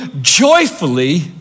joyfully